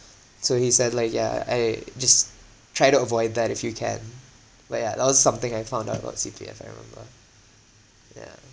so he said like ya I just try to avoid that if you can like ya that was something I found out about C_P_F I remember yeah